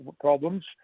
problems